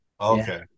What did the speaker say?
Okay